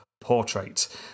portrait